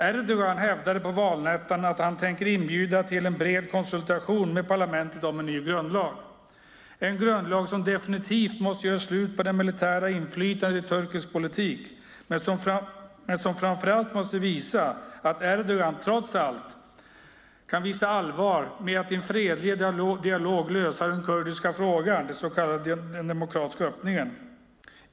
Erdogan hävdade på valnatten att han tänker inbjuda till en bred konsultation med parlamentet om en ny grundlag, en grundlag som definitivt måste göra slut på det militära inflytandet i turkisk politik men som framför allt måste visa att Erdogan trots allt kan visa allvar med att i en fredlig dialog lösa den kurdiska frågan, den så kallade demokratiska öppningen.